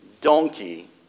donkey